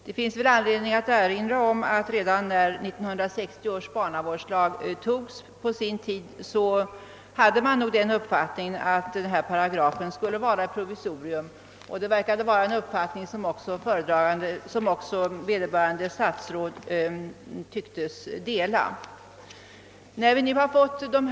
Det finns anledning att erinra om att redan när 1960 års barnavårdslag antogs avsåg man att paragrafen skulle vara ett provisorium, och det verkade som om även vederbörande statsråd hade den uppfattningen.